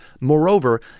Moreover